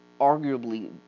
arguably